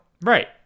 Right